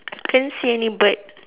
I can't see any bird